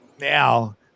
now